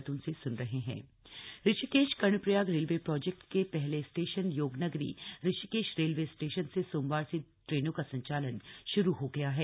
Rishikesh railway station Rishikesh Karnaprayag railway project के पहले station Yognagari Rishikesh railway station से सोमवार से ट्रेनों का संचालन श्रू हो गया है